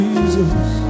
Jesus